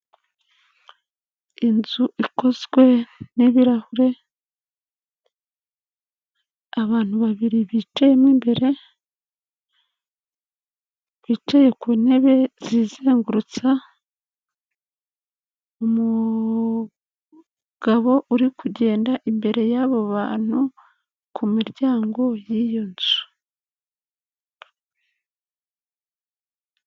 Inzu ikozwe n'ibirahure, abantu babiri bicayemo imbere, bicaye ku ntebe zizengurutsa, umugabo uri kugenda imbere y'abo bantu ku miryango y'iyo nzu.